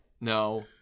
no